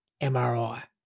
MRI